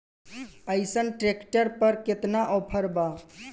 अइसन ट्रैक्टर पर केतना ऑफर बा?